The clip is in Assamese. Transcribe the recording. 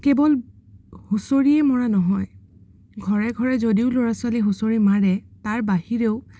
কেৱল হুঁচৰিয়েই মৰা নহয় ঘৰে ঘৰে যদিও ল'ৰা ছোৱালীয়ে হুঁচৰি মাৰে তাৰ বাহিৰেও